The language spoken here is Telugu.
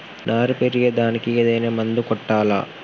నారు పెరిగే దానికి ఏదైనా మందు కొట్టాలా?